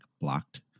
blocked